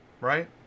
Right